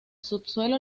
subsuelo